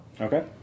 Okay